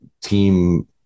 team